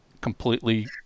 completely